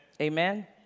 Amen